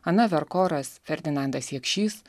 ana verkoras ferdinandas jakšys